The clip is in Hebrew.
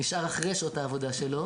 אחרי שעות העבודה שלו